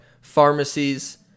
pharmacies